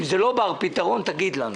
אם זה לא בר פתרון, תגיד לנו.